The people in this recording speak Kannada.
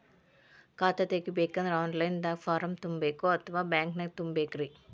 ಖಾತಾ ತೆಗಿಬೇಕಂದ್ರ ಆನ್ ಲೈನ್ ದಾಗ ಫಾರಂ ತುಂಬೇಕೊ ಅಥವಾ ಬ್ಯಾಂಕನ್ಯಾಗ ತುಂಬ ಬೇಕ್ರಿ?